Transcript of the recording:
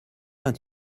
vingt